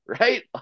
right